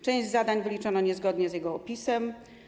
Część zadań wyliczono niezgodnie z jego opisem.